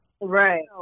right